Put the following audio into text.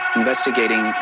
investigating